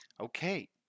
Okay